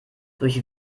durch